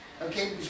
okay